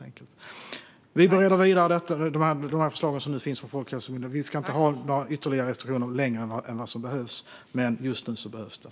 Vi bereder nu vidare de förslag som finns från Folkhälsomyndigheten. Vi ska inte ha några ytterligare restriktioner längre än vad som behövs. Men just nu behövs det.